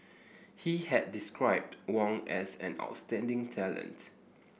he had described Wang as an outstanding talent